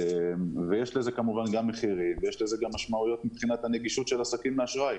יש לזה כמובן מחירים ומשמעויות מבחינת הנגישות של עסקים לאשראי.